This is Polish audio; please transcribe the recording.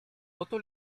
oto